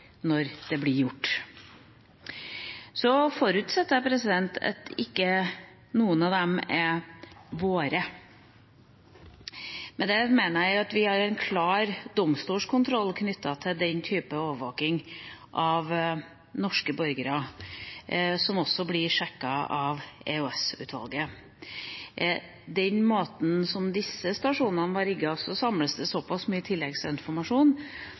når det blir gjort. Så forutsetter jeg at ikke noen av dem er «våre». Med det mener jeg at vi har en klar domstolskontroll knyttet til den type overvåking av norske borgere, som også blir sjekket av EOS-utvalget. Gjennom den måten disse stasjonene var rigget på, samles det såpass mye tilleggsinformasjon